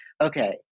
Okay